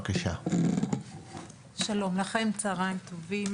שלום לכם, צוהריים טובים.